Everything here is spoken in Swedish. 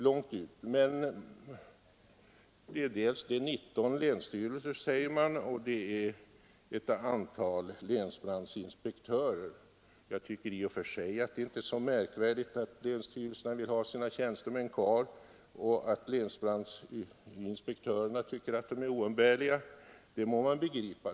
Reservanterna har stöd av 19 länsstyrelser och ett antal länsbrandinspektörer, fram hålles det. Jag tycker i och för sig att det inte är så märkvärdigt att länsstyrelserna vill ha sina tjänstemän kvar, och att länsbrandinspektörerna tycker att de är oumbärliga må man begripa.